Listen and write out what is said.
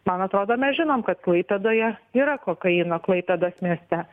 man atrodo mes žinom kad klaipėdoje yra kokaino klaipėdos mieste